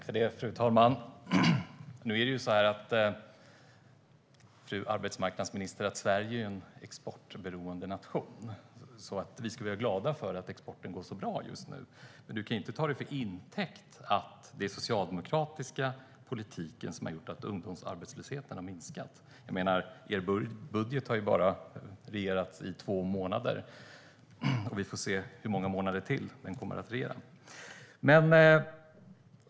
Fru talman! Sverige är en exportberoende nation, fru arbetsmarknadsminister. Vi ska vara glada för att exporten går bra just nu, men du kan inte ta det till intäkt för att det är den socialdemokratiska politiken som har gjort att ungdomsarbetslösheten har minskat. Ni har ju bara regerat med er budget i två månader, och vi får se hur många månader till det blir.